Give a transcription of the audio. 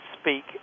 speak